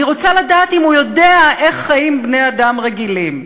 אני רוצה לדעת אם הוא יודע איך חיים בני-אדם רגילים,